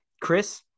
Chris